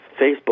Facebook